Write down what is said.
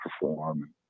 perform